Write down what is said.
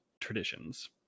traditions